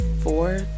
four